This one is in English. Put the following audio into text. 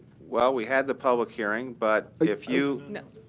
well, we had the public hearing but if you know